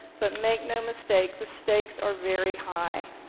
but make no mistake, the stakes are very high.